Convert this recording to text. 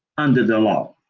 under the law.